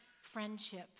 friendship